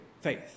faith